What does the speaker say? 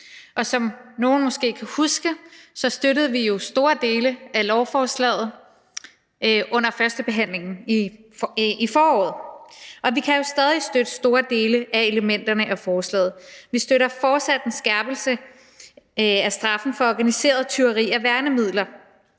som nogle måske kan huske, støttede vi jo store dele af lovforslaget under førstebehandlingen i foråret, og vi kan jo stadig støtte store dele af elementerne i forslaget. Vi støtter fortsat en skærpelse af straffen for organiseret tyveri af værnemidler,